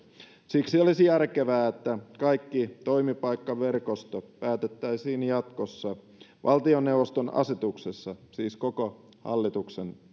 siksi olisi järkevää että kaikki toimipaikkaverkostot päätettäisiin jatkossa valtioneuvoston asetuksessa siis koko hallituksen